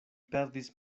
perdis